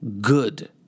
good